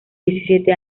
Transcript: diecisiete